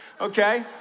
Okay